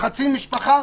חצי משפחה.